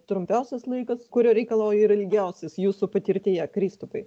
trumpiausias laikas kurio reikalauja ir ilgiausias jūsų patirtyje kristupai